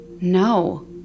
No